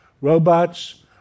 robots